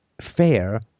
fair